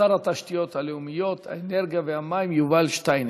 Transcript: שר התשתיות הלאומיות, האנרגיה והמים יובל שטייניץ.